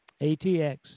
ATX